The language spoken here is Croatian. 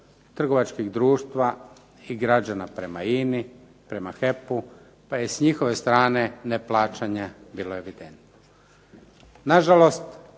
trgovačkih društva i građana prema INA-i, prema HEP-u pa je s njihove strane neplaćanje bilo evidentno. Nažalost,